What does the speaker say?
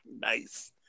Nice